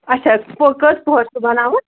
اچھا کٔژ پور چھُ سُہ بَناوُن